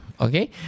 Okay